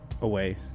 away